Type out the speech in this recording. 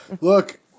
Look